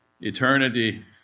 eternity